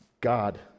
God